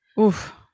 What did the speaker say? oof